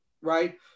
right